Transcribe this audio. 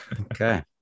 Okay